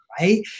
right